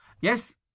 Yes